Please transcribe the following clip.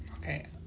Okay